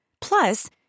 Plus